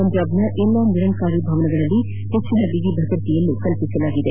ಪಂಜಾಬ್ನ ಎಲ್ಲ ನಿರಂಕಾರಿ ಭವನಗಳಲ್ಲಿ ಹೆಚ್ಚನ ಬಿಗಿ ಭದ್ರತೆ ಕಲ್ಪಸಲಾಗಿದೆ